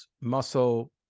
muscle